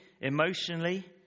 emotionally